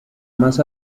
más